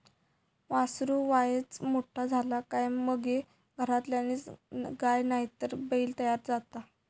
वासरू वायच मोठा झाला काय मगे घरातलीच गाय नायतर बैल तयार जाता